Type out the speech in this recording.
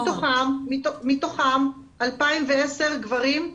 מתוכם 2,010 גברים,